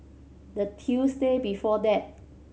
the Tuesday before that